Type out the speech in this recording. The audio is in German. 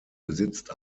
besitzt